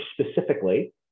specifically